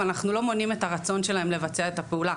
אבל אנחנו לא מונעים את הרצון שלהם לבצע את הפעולה.